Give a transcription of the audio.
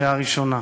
לקריאה ראשונה.